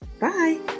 Bye